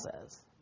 says